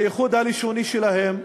בייחוד הלשוני שלהם,